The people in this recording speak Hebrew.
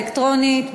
אלקטרונית.